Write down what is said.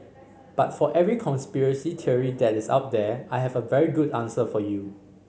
but for every conspiracy theory that is out there I have a very good answer for you